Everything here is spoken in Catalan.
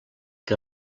que